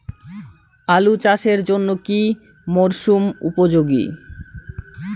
আলু চাষের জন্য কি মরসুম উপযোগী?